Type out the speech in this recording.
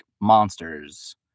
monsters